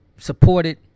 Supported